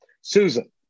Susan